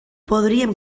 podríem